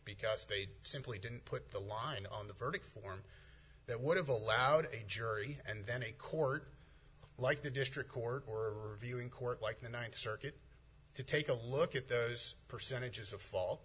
because they'd simply didn't put the line on the verdict form that would have allowed a jury and then a court like the district court or viewing court like the ninth circuit to take a look at those percentages of fa